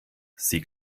sie